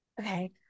Okay